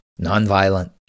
nonviolent